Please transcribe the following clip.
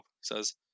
says